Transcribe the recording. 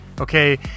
Okay